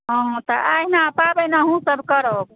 हँ तऽ अहिना पाबनि अहूँ सब करब